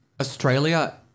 Australia